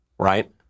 right